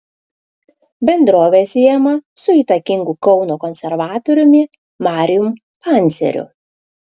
bendrovė siejama su įtakingu kauno konservatoriumi marijum panceriu